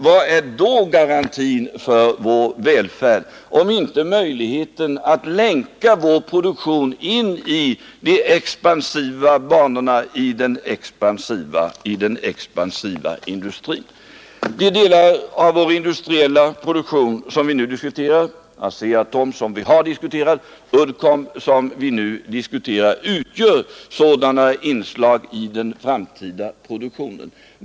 Vad är då garantin för vår välfärd om inte möjligheten att länka vår produktion in i de expansiva banorna, i den expansiva industrin? De delar av vår industriella produktion som vi nu diskuterar, ASEA-Atom som vi har diskuterat, Uddcomb som vi nu diskuterar, utgör sådana inslag i den framtida produktionen.